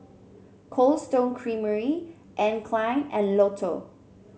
Cold Stone Creamery Anne Klein and Lotto